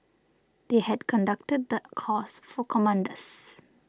they had conducted the course for commanders